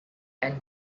and